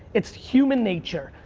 it's human nature.